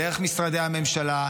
דרך משרדי הממשלה,